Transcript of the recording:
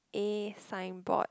A signboard